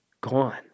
gone